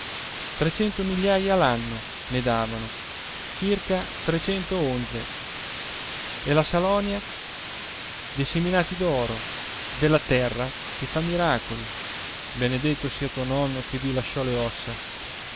a migliaia l'anno ne davano irca onze e la salonia dei seminati d'oro della terra che fa miracoli benedetto sia tuo nonno che vi lasciò le ossa